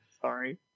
sorry